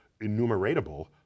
enumeratable